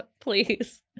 Please